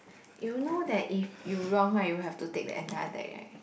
you know that if you wrong right you have to take the entire deck right